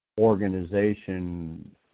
organization